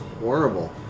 horrible